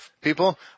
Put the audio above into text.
people